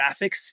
graphics